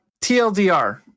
TLDR